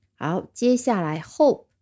好,接下来hope